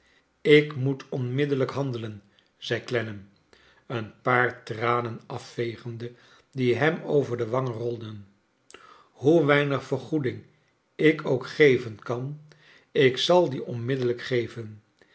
ik moet onmiddellijk handelen zei clennam een paar tranen afvegende die hem over de wangen rolden hoe weinig vergoeding ik ook geven kan ik zal die onmiddellijk geven